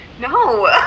no